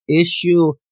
issue